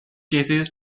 cases